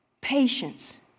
patience